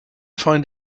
find